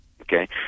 okay